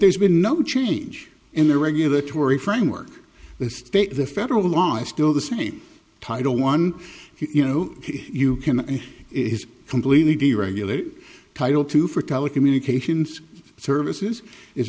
there's been no change in the regulatory framework the state the federal law is still the same title one you know you can is completely deregulated title two for telecommunications services is